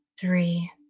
three